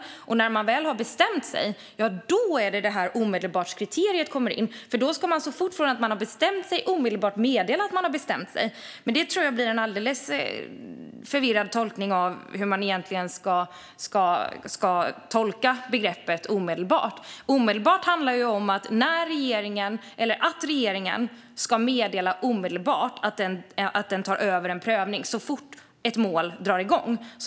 Det är när man väl har bestämt sig som omedelbartkriteriet kommer in. Så fort man har bestämt sig ska man omedelbart meddela att man har bestämt sig. Men det blir en alldeles förvirrad tolkning av begreppet omedelbart. Omedelbart handlar om att regeringen omedelbart meddelar att den tar över en prövning så fort ett mål drar igång.